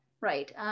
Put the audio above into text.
right